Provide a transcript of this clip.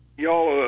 y'all